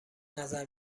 نظر